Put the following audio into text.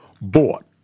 bought